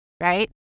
Right